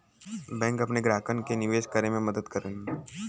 bank अपने ग्राहकन के निवेश करे में मदद करलन